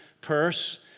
Purse